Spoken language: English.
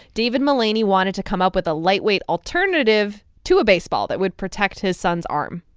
david mullany wanted to come up with a lightweight alternative to a baseball that would protect his son's arm.